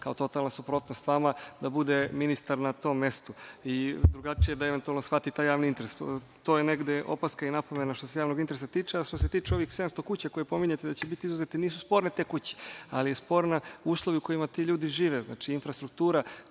kao totalna suprotnost vama, da bude ministar na tom mestu. Drugačije može da shvati taj javni interes. To je negde opaska i napomena što se javnog interesa tiče. Što se tiče ovih 700 kuća koje pominjete da će biti izuzete, nisu sporne te kuće, ali su sporni uslovi u kojima ti ljudi žive, znači, infrastruktura